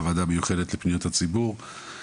הוועדה המיוחדת לפניות הציבור.